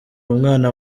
umwana